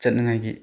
ꯆꯠꯅꯉꯥꯏꯒꯤ